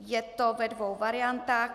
Je to ve dvou variantách.